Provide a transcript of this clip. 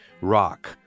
rock